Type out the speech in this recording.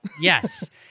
Yes